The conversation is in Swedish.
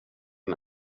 mig